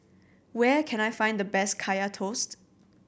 where can I find the best Kaya Toast